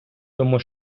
тому